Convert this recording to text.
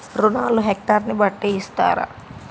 రుణాలు హెక్టర్ ని బట్టి ఇస్తారా?